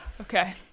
Okay